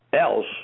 else